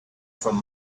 from